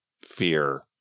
fear